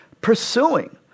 pursuing